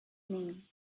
name